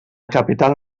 capital